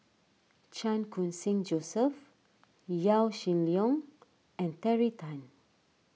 Chan Khun Sing Joseph Yaw Shin Leong and Terry Tan